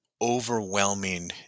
overwhelming